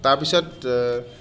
তাৰপিছত